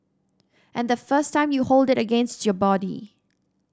and the first time you hold it against your body